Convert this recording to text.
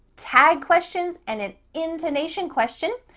tag questions, and an intonation question?